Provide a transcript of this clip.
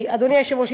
אדוני היושב-ראש.